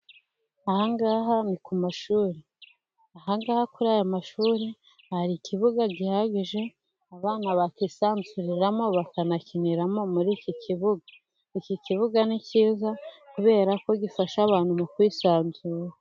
Ahangaha ni ku mashuri. Ahagaha kuri aya mashuri hari ikibuga gihagije, abana bakisanzuramo, bakanakiniramo muri iki kibuga, iki kibuga ni cyza kubera ko gifasha abantu mu kwisanzura.